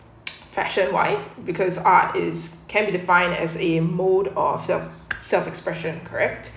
fashion wise because art is can be define as a mode of them self expression correct